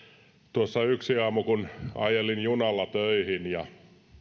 tuossa yksi aamu kun ajelin junalla töihin